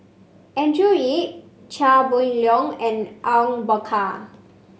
Andrew Yip Chia Boon Leong and Awang Bakar